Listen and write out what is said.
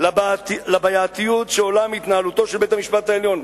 של הבעייתיות שעולה מהתנהלותו של בית-המשפט העליון,